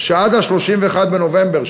שעד 31 בנובמבר,